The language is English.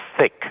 thick